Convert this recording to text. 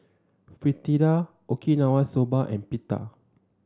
Fritada Okinawa Soba and Pita